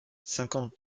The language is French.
cinquante